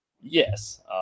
Yes